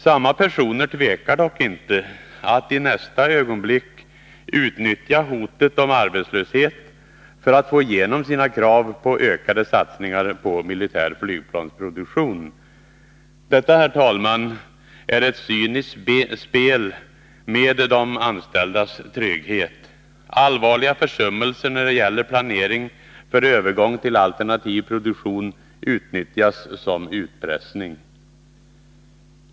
Samma personer tvekar dock inte att i nästa ögonblick utnyttja hotet om arbetslöshet för att få igenom sina krav på ökade satsningar på militär flygplansproduktion. Detta, herr talman, är ett cyniskt spel med de anställdas trygghet. Allvarliga försummelser när det gäller planering för övergång till alternativ produktion utnyttjas som utpressning.